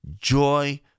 joy